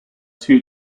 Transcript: two